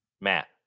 Matt